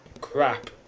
Crap